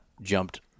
jumped